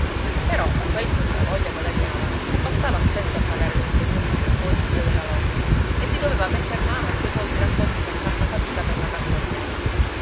però quel che i malavoglia guadagnavano non bastava spesso a pagare lo zio nunzio o il figlio della locca e si doveva metter mano a quei soldi raccolti con tanta fatica per la casa del nespolo